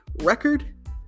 record